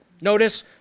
Notice